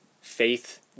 faith